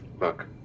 Look